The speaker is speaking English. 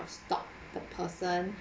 stalk the person